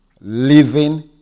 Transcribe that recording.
living